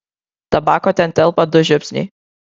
tabako ten telpa du žiupsniai